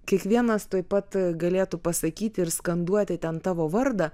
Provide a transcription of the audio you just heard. kiekvienas tuoj pat galėtų pasakyti ir skanduoti ten tavo vardą